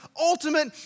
ultimate